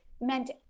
meant